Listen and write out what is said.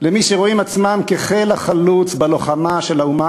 למי שרואים עצמם כחיל החלוץ בלוחמה של האומה